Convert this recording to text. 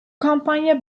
kampanya